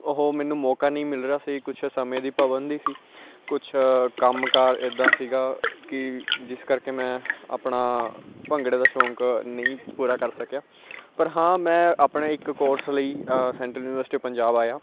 ਉਹ ਮੈਨੂੰ ਮੌਕਾ ਨਹੀਂ ਮਿਲ ਰਿਹਾ ਸੀ ਕੁਛ ਸਮੇਂ ਦੀ ਪਾਬੰਦੀ ਦੀ ਸੀ ਕੁਛ ਕੰਮ ਕਾਰ ਇਦਾਂ ਸੀਗਾ ਕਿ ਜਿਸ ਕਰਕੇ ਮੈਂ ਆਪਣਾ ਭੰਗੜੇ ਦਾ ਸ਼ੌਂਕ ਨਹੀਂ ਪੂਰਾ ਕਰ ਸਕਿਆ ਪਰ ਹਾਂ ਮੈਂ ਆਪਣੇ ਇੱਕ ਕੋਰਸ ਲਈ ਸੈਂਟਰਲ ਯੂਨੀਵਰਸਿਟੀ ਆਫ ਪੰਜਾਬ ਆਇਆ